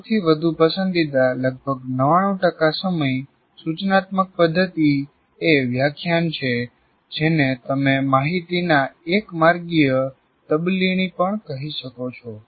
સૌથી વધુ પસંદીદા લગભગ 99 ટકા સમય સૂચનાત્મક પદ્ધતિ એ વ્યાખ્યાન છે જેને તમે માહિતીના એક માર્ગીય તબદીલી પણ કહી શકો છો